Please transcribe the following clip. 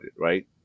right